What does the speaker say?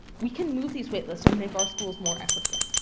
we can move these waitlist and make our schools more equitable.